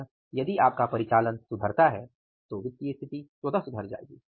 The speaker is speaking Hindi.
अतः यदि आपका परिचालन सुधरता है तो वित्तीय स्थिति स्वतः सुधर जाएगी